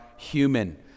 human